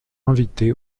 invité